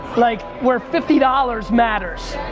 like where fifty dollars matters.